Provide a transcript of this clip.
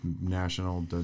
national